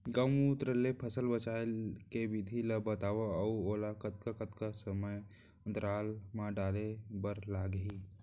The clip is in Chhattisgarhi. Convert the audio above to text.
गौमूत्र ले फसल बचाए के विधि ला बतावव अऊ ओला कतका कतका समय अंतराल मा डाले बर लागही?